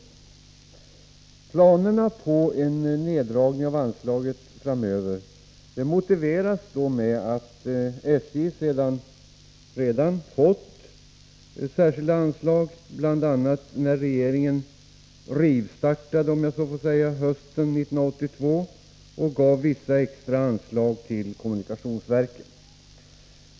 Planerna på neddragning av anslaget framöver motiveras med att SJ redan fått särskilda anslag, bl.a. när regeringen ”rivstartade” hösten 1982 och gav vissa extra anslag till kommunikationsverken.